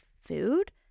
food